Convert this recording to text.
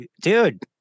Dude